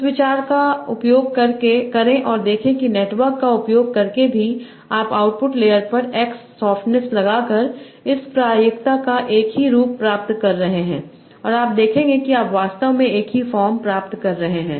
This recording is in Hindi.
इस विचार का उपयोग करें और देखें कि नेटवर्क का उपयोग करके भी आप आउटपुट लेयर पर x सॉफ्टनेस लगाकर इस प्रायिकता का एक ही रूप प्राप्त कर रहे हैं और आप देखेंगे कि आप वास्तव में एक ही फॉर्म प्राप्त कर रहे हैं